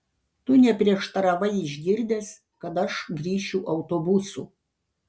tu neprieštaravai išgirdęs kad aš grįšiu autobusu